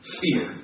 fear